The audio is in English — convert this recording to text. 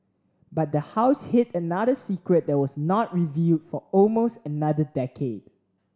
but the house hid another secret that was not revealed for almost another decade